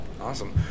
Awesome